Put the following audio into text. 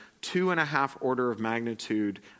two-and-a-half-order-of-magnitude